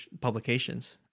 publications